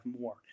more